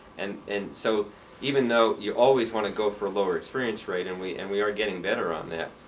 and and so even though you always want to go for a lower experience rate, and we and we are getting better on that,